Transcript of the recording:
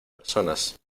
personas